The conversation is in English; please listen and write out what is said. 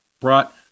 brought